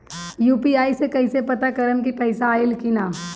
UPI से कईसे पता करेम की पैसा आइल की ना?